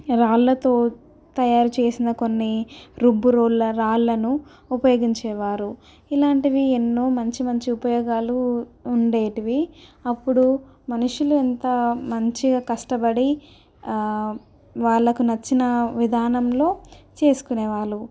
రాళ్ళతో తయారుచేసిన కొన్ని రుబ్బు రోళ్ళ రాళ్ళను ఉపయోగించేవారు ఇలాంటివి ఎన్నో మంచి మంచి ఉపయోగాలు ఉండేవి అప్పుడు మనుషులు ఎంత మంచిగా కష్టపడి వాళ్ళకు నచ్చిన విధానంలో చేసుకునేవాళ్ళు